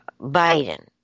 Biden